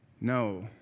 no